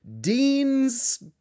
Dean's